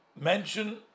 mention